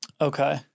Okay